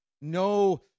No